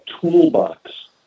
toolbox